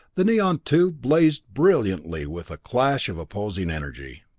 the neon tube blazed brilliantly with a clash of opposing energy.